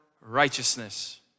righteousness